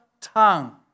tongue